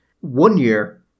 one-year